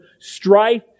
strife